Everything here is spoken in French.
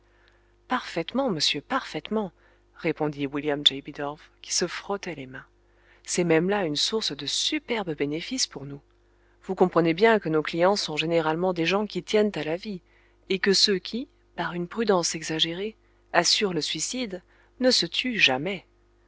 parfaitement monsieur parfaitement répondit william j bidulph qui se frottait les mains c'est même là une source de superbes bénéfices pour nous vous comprenez bien que nos clients sont généralement des gens qui tiennent à la vie et que ceux qui par une prudence exagérée assurent le suicide ne se tuent jamais